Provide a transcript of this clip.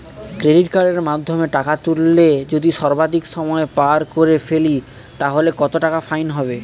Credit কার্ডের মাধ্যমে টাকা তুললে যদি সর্বাধিক সময় পার করে ফেলি তাহলে কত টাকা ফাইন হবে?